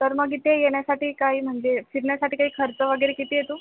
तर मग इथे येण्यासाठी काही म्हणजे फिरण्यासाठी काही खर्च वगैरे किती येतो